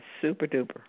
super-duper